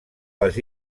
les